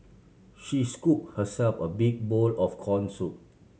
she scoop herself a big bowl of corn soup